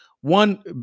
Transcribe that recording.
one